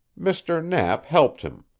mr. knapp helped him.